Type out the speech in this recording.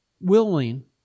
willing